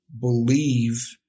believe